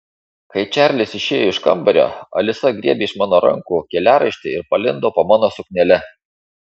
kai čarlis išėjo iš kambario alisa griebė iš mano rankų keliaraišti ir palindo po mano suknele